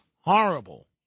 horrible